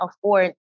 afford